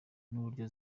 n’uburyo